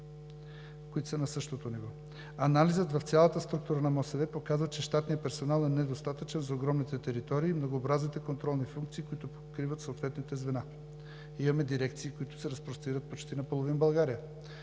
които са на същото ниво. Анализът в цялата структура на МОСВ показва, че щатният персонал е недостатъчен за огромните територии и многообразните контролни функции, които покриват съответните звена. Имаме дирекции, които се разпростират почти на половин България.